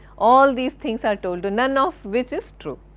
all these things are told, none of which is true.